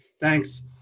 Thanks